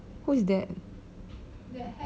who is that